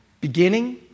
beginning